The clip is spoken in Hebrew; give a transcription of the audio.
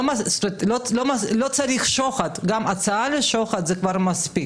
לא צריך שוחד, גם הצעה לשוחד זה כבר מספיק.